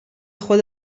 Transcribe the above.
خود